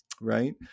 right